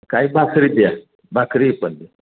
काही भाकरी द्या भाकरी पण द्या